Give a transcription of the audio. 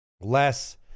less